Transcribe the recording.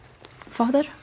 Father